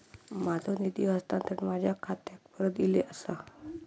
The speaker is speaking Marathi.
माझो निधी हस्तांतरण माझ्या खात्याक परत इले आसा